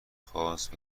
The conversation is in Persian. خواست